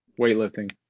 weightlifting